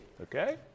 Okay